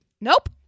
Nope